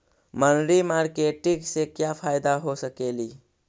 मनरी मारकेटिग से क्या फायदा हो सकेली?